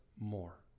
more